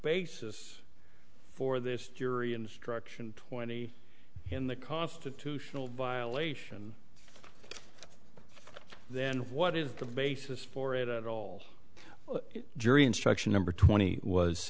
basis for this jury instruction twenty in the constitutional violation then what is the basis for it at all jury instruction number twenty